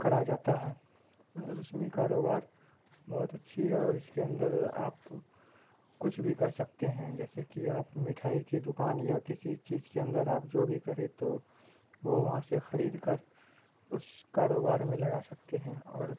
کرا جاتا ہے رسمی کاروبار بہت اچھی ہے اور اس کے اندر آپ کچھ بھی کر سکتے ہیں جیسے کہ آپ مٹھائی کی دکان یا کسی چیز کے اندر آپ جو بھی کریں تو وہ وہاں سے خرید کر اس کاروبار میں لگا سکتے ہیں اور